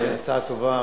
הצעה טובה,